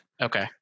Okay